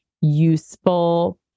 useful